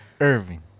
Irving